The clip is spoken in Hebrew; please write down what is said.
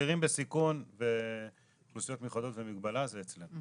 צעירים בסיכון ואוכלוסיות מיוחדות ומגבלה זה אצלנו.